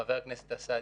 חבר הכנסת סעדי,